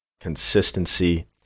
consistency